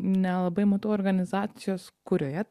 nelabai matau organizacijos kurioje